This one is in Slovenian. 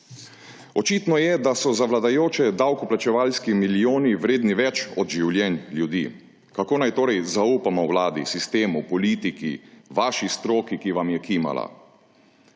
Očitno je, da so za vladajoče davkoplačevalski milijoni vredni več od življenj ljudi. Kako naj torej zaupamo vladi, sistemu, politiki, vaši stroki, ki vam je kimala?